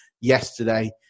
yesterday